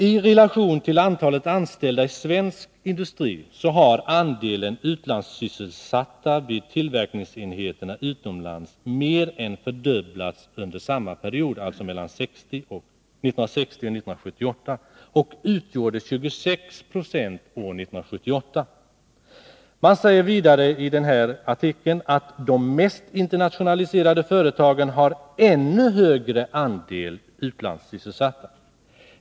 I relation till antalet anställda i svensk industri har andelen utlandssysselsatta vid tillverkningsenheterna utomlands mer än fördubblats under samma tidsperiod och utgjorde 26 96 år 1978. Man säger vidare i artikeln att de mest internationaliserade företagen har ännu högre andel utlandssysselsatta.